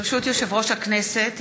יושב-ראש הכנסת,